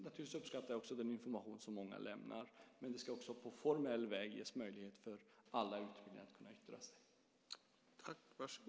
Jag uppskattar naturligtvis den information som många lämnar, men det ska också på formell väg ges möjlighet för alla utbildningar att yttra sig.